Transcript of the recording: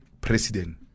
president